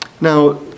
Now